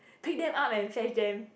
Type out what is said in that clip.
pick them up and fetch them